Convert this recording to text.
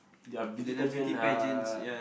ya beauty pageant uh